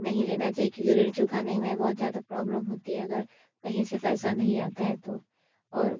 नहीं लेना चाहिए क्योंकि ऋण चुकाने में बहुत ज़्यादा प्रॉब्लम होती है अगर कहीं से पैसा नहीं आता है तो और